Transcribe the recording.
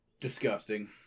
disgusting